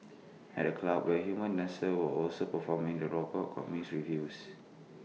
at the club where human dancers were also performing the robot got mixed reviews